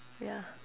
ya